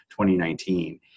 2019